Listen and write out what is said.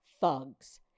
thugs